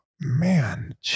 man